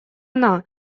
она